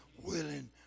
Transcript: Willing